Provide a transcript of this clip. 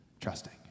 trusting